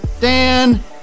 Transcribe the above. Dan